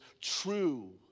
true